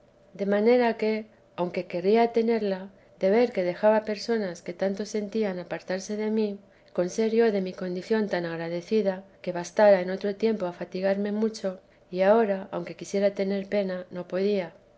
de manera que aunque quería tenerla de ver que dejaba personas que tanto sentían apartarse de mí con ser yo de mi condición tan agradecida que bastara en otro tiempo a fatigarme mucho y ahora aunque quisiera tener pena no podía